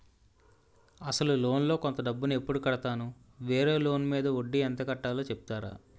అసలు లోన్ లో కొంత డబ్బు ను ఎప్పుడు కడతాను? వేరే లోన్ మీద వడ్డీ ఎంత కట్తలో చెప్తారా?